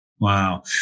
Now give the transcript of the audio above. Wow